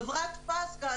חברת "פזגז",